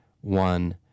one